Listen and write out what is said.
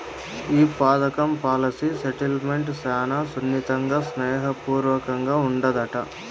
ఈ పదకం policy settlement శానా సున్నితంగా, స్నేహ పూర్వకంగా ఉండాదట